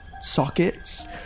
sockets